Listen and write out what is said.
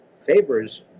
favors